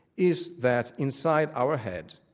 is that inside our head,